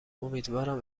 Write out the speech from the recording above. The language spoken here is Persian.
امیدوارم